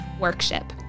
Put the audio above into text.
workship